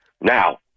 Now